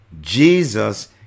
Jesus